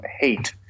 hate